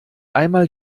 einmal